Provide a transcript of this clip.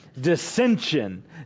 dissension